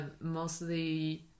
mostly